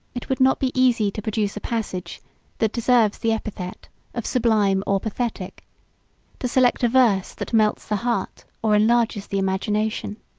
it would not be easy to produce a passage that deserves the epithet of sublime or pathetic to select a verse that melts the heart or enlarges the imagination.